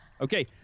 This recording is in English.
Okay